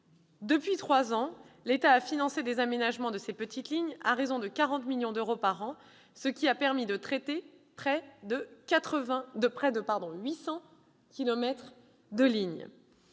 Depuis trois ans, l'État a financé des aménagements de ces petites lignes à raison de 40 millions d'euros par an, ce qui a permis de traiter près de 800 kilomètres de lignes.